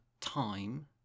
time